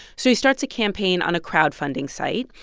so he starts a campaign on a crowdfunding site.